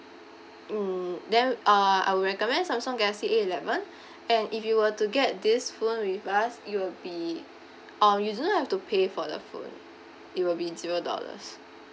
mm then uh I'll recommend samsung galaxy A eleven and if you were to get this phone with us it will be orh you don't have to pay for the phone it will be zero dollars